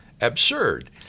absurd